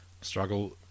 Struggle